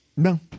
No